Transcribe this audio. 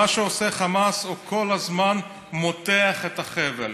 מה שעושה חמאס, הוא כל הזמן מותח את החבל,